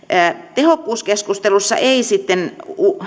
tehokkuuskeskustelussa ei sitten